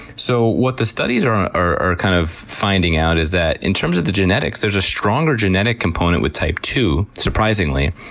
so, what the studies are are kind of finding out is that in terms of the genetics, there's a stronger genetic component with type two, surprisingly,